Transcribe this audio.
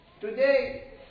today